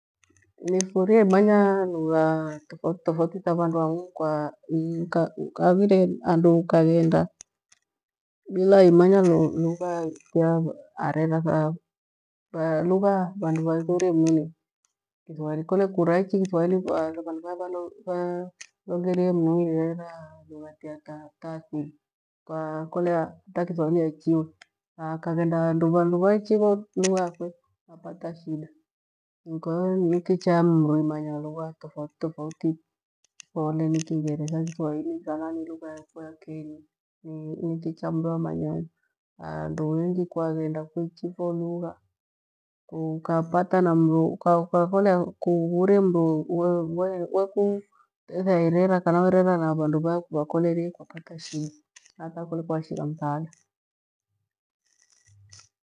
Nifurie imanya hegha tofautitofautita vandu hang'u kwa haghire handu ukaghendabila imanya lugha iya irera tha lugha vandu vafurie, mru ni kithwahili kole kuraichi kiswahili haghire vandu vaya valongerie. Mru irera lugha tiya ta athili, kwa kolea hata kithwahili, aichiwe akaghenda handu. vandu vaichivo lugha yakwe apata shida. Kwa hiyo ni kicha mru imanya lugha tofautitofauti kole ni kingeretha, kithwahili, kana ni lugha yafo ya kenyi ni njicha mru amanye hang'u handu hengi kwaghenda kuichifo lugha ukakolea kuvurie, mru wakulethea irera kana werera na vandu vaya kuvakolerie kwapata shida hata kole kwa shigha mthaada.